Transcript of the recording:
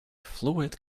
fluid